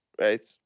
Right